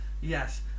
Yes